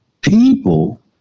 People